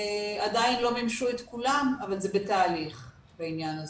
עדיין לא מימשו את כולם אבל זה בתהליך בעניין הזה.